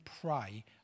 pray